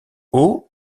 haut